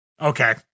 Okay